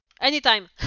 Anytime